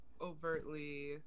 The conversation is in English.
overtly